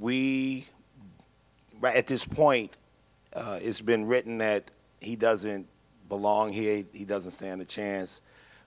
we right at this point it's been written that he doesn't belong here he doesn't stand a chance